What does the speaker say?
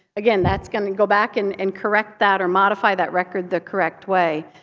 again that's going to go back and and correct that or modify that record the correct way.